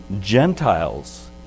Gentiles